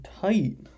tight